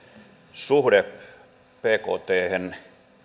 suhde bkthen